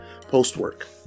Post-work